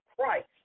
Christ